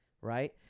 Right